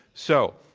so,